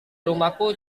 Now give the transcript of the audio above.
rumahku